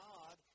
God